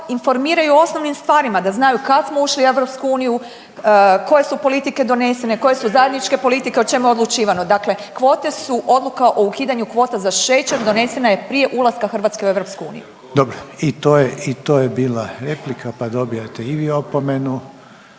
informiraju o osnovnim stvarima da znaju kad smo ušli u EU, koje su politike donesene, …/Upadica se ne razumije./… koje su zajedničke politike o čemu je odlučivano. Dakle, kvote su odluka o ukidanju kvota za šećer donesena je prije ulaska Hrvatske u EU. **Reiner, Željko (HDZ)** Dobro i to je bila replika pa dobijate i vi opomenu.